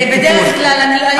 ובדרך כלל אני מקשיבה